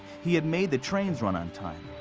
he had made the trains run on time,